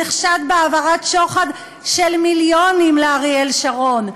שנחשד בהעברת שוחד של מיליונים לאריאל שרון?